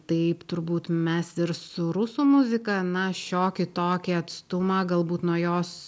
taip turbūt mes ir su rusų muzika na šiokį tokį atstumą galbūt nuo jos